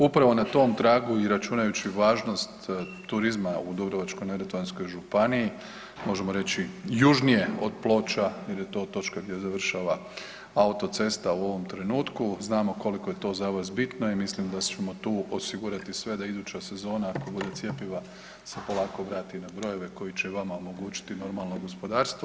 Upravo i na tom tragu i računajući važnost turizma u Dubrovačko-neretvanskoj županiji možemo reći južnije od Ploča jer je to točka gdje završava autocesta u ovom trenutku, znamo koliko je to za vas bitno i mislimo da ćemo tu osigurati sve da iduća sezona ako bude cjepiva se polako vrati na brojeve koji će vama omogućiti normalno gospodarstvo.